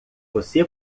você